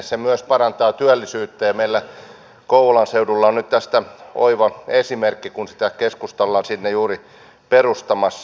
se myös parantaa työllisyyttä ja meillä kouvolan seudulla on nyt tästä oiva esimerkki kun sitä keskusta ollaan sinne juuri perustamassa